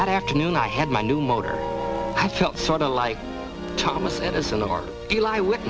that afternoon i had my new motor i felt sort of like thomas edison or